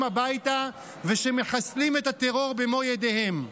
הביתה ושמחסלים את הטרור במו ידיהם.